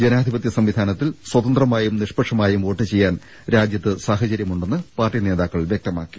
ജനാധിപത്യ സംവിധാനത്തിൽ സ്വതന്ത്രമായും നിഷ്പക്ഷമായും വോട്ട് ചെയ്യാൻ രാജ്യത്ത് സാഹചര്യമുണ്ടെന്ന് പാർട്ടി നേതാക്കൾ വ്യക്തമാക്കി